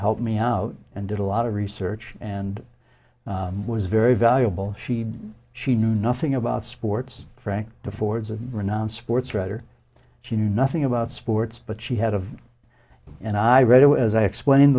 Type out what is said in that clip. helped me out and did a lot of research and was very valuable she she knew nothing about sports frank the fords of renown sports writer she knew nothing about sports but she had a and i read it as i explained